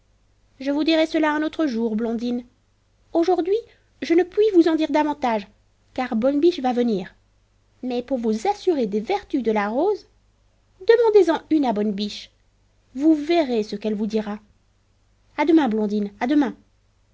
je vous dirai cela un autre jour blondine aujourd'hui je ne puis vous en dire davantage car bonne biche va venir mais pour vous assurer des vertus de la rose demandez en une à bonne biche vous verrez ce qu'elle vous dira à demain blondine à demain